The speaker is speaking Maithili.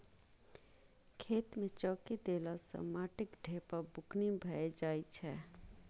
खेत मे चौकी देला सँ माटिक ढेपा बुकनी भए जाइ छै